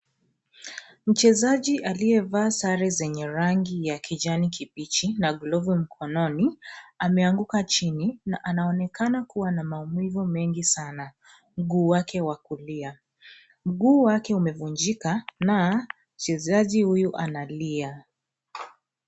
Mchezaji aliyevaa sare zenye rangi ya kijani kibichi na glovu mkononi ameanguka chini na anaonekana kuwa na maumivu mengi sana mguu wake wa kulia. Mguu wake umevunjika na mchezaji huyu analia.